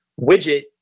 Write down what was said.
widget